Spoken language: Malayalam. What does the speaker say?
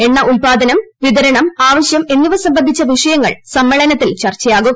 എണ്ണ് ഉൽപാദനം വിതരണം ആവശ്യം എന്നിവ സംബന്ധിച്ച വിഷയങ്ങൾ സമ്മേളനത്തിൽ ചർച്ചയാകും